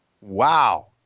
Wow